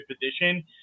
position